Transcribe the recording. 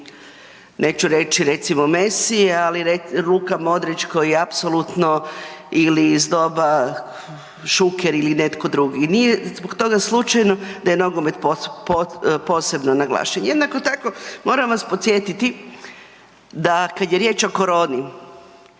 neću reći recimo Messi ali Luka Modrić koji apsolutno ili iz doba Šuker ili netko drugi i nije zbog toga slučajno da je nogomet posebno naglašen. Jednako tako, moram vas podsjetiti da kad je riječ o koroni,